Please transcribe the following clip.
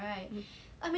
mm